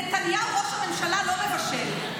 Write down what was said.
נתניהו ראש הממשלה לא מבשל.